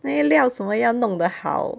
那个料什么要弄得好